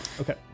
Okay